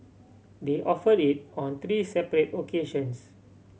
they offered it on three separate occasions